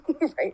right